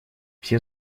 все